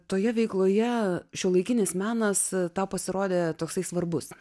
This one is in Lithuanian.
toje veikloje šiuolaikinis menas tau pasirodė toksai svarbus